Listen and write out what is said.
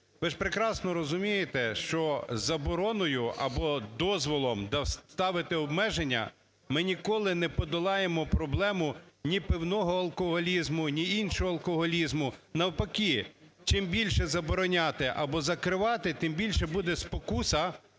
Ви ж прекрасно розумієте, що забороною або дозволом… ставите обмеження ми ніколи не подолаємо проблему ні пивного алкоголізму, ні іншого алкоголізму, навпаки, чим більше забороняти або закривати, тим більше буде спокуса